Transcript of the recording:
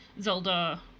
Zelda